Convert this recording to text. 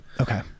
Okay